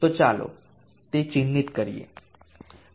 તો ચાલો તે ચિહ્નિત કરીએ